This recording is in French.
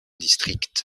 districts